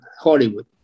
Hollywood